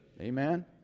Amen